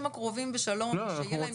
הקרובים בשלום ושיהיה להם לחיות בכבוד.